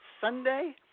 Sunday